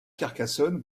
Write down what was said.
carcassonne